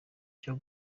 cyo